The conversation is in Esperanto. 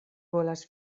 volas